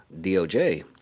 DOJ